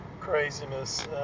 craziness